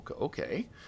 Okay